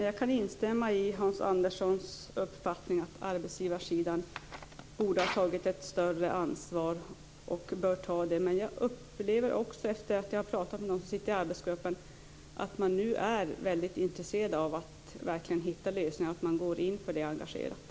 Fru talman! Jag kan dela Hans Anderssons uppfattning att arbetsgivarsidan borde ha tagit, och bör ta, ett större ansvar. Men efter att ha talat med dem som sitter med i arbetsgruppen upplever jag att man nu är väldigt intresserad av att verkligen hitta lösningar och att man engagerat går in för det.